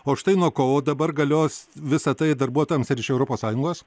o štai nuo kovo dabar galios visa tai darbuotojams ir iš europos sąjungos